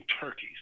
turkeys